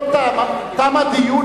לא תם תם הדיון,